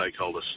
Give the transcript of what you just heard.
stakeholders